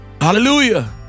Hallelujah